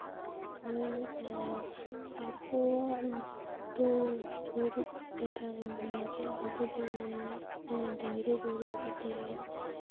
ᱟᱠᱚᱣᱟᱜ ᱫᱚ ᱜᱩᱨᱤᱡ ᱠᱟᱛᱷᱟ ᱦᱚᱧ ᱢᱮᱱ ᱜᱮᱭᱟ ᱟᱵᱚ ᱫᱚ ᱧᱮᱞ ᱢᱮ ᱜᱟᱹᱭ ᱰᱟᱝᱨᱤ ᱜᱩᱨᱤᱡ ᱠᱚᱛᱮ ᱜᱮ